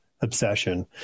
obsession